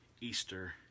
Easter